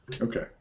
Okay